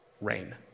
rain